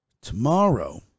tomorrow